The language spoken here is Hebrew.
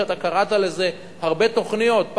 וקראת לזה הרבה תוכניות.